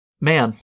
man